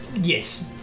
Yes